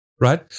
right